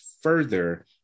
further